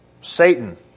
Satan